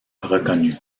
reconnu